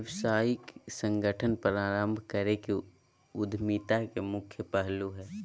व्यावसायिक संगठन प्रारम्भ करे के उद्यमिता के मुख्य पहलू हइ